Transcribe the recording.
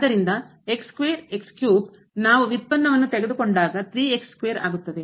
ಆದ್ದರಿಂದ ನಾವು ವ್ಯುತ್ಪನ್ನವನ್ನು ತೆಗೆದುಕೊಂಡಾಗ ಆಗುತ್ತದೆ